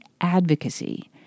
advocacy